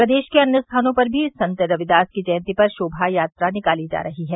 प्रदेश के अन्य स्थानों पर भी संत रविदास की जयंती पर शोभायात्रा निकाली जा रही है